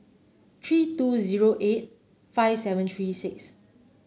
three two zero eight five seven three six